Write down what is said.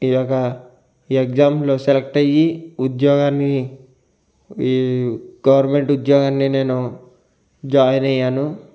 ఈ యొక ఎగ్జామ్లో సెలెక్ట్ అయ్యి ఉద్యోగాన్ని ఈ గవర్నమెంట్ ఉద్యోగాన్ని నేను జాయిన్ అయ్యాను